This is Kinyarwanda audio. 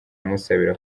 musabira